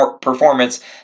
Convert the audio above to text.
performance